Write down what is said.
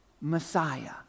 Messiah